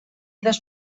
dos